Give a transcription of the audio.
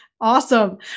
Awesome